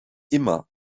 immer